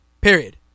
period